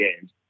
games